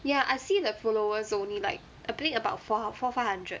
ya I see the followers is only like I think about four four five hundred